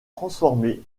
transformé